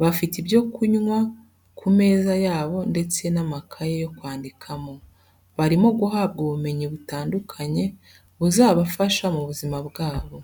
bafite ibyo kunywa ku meza yabo ndetse n'amakaye yo kwandikamo, barimo guhabwa ubumenyi butandukanye buzabafasha mu buzima bwabo.